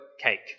cake